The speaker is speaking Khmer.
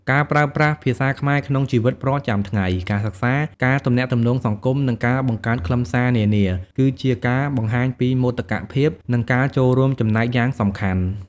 ការប្រើប្រាស់ភាសាខ្មែរក្នុងជីវិតប្រចាំថ្ងៃ ការសិក្សា ការទំនាក់ទំនងសង្គម និងការបង្កើតខ្លឹមសារនានា គឺជាការបង្ហាញពី មោទកភាព និងការចូលរួមចំណែកយ៉ាងសំខាន់។